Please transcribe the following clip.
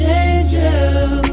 angel